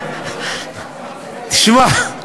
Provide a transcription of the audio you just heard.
תשמע,